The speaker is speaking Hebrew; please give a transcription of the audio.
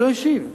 ולא השיב.